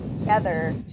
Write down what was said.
together